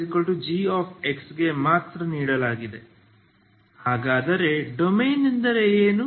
ಹಾಗಾದರೆ ಡೊಮೇನ್ ಎಂದರೇನು